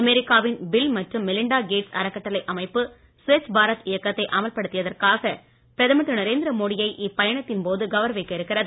அமெரிக்காவின் பில் மற்றும் Melinda Gates அறக்கட்டளை இயக்கத்தை அமல்படுத்தியதற்காக பிரதமர் திரு நரேந்திரமோடியை இப்பயணத்தின் போது கௌரவிக்க இருக்கிறது